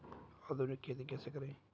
आधुनिक खेती कैसे करें?